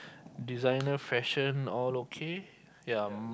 designer fashion all okay ya